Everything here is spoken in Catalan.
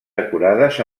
decorades